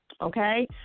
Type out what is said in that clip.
Okay